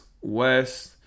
West